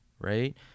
right